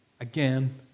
again